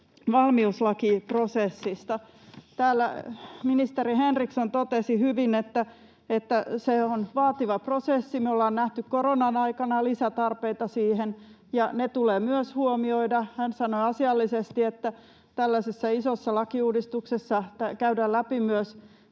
valmiuslakiprosessista: Täällä ministeri Henriksson totesi hyvin, että se on vaativa prosessi. Me olemme nähneet koronan aikana lisätarpeita siihen, ja ne tulee myös huomioida. Hän sanoi asiallisesti, että tällaisessa isossa lakiuudistuksessa käydään läpi myös